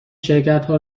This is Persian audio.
شرکتها